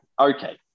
Okay